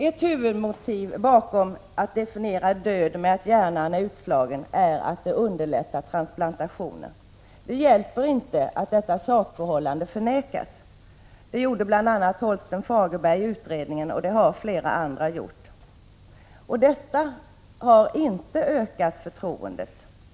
Ett huvudmotiv bakom att definiera död med att hjärnan är utslagen är att det underlättar transplantationer. Det hjälper inte att detta sakförhållande förnekas; det gjorde bl.a. Holsten Fagerberg i utredningen, och det har flera andra gjort. Detta har inte ökat förtroendet.